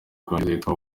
bwongereza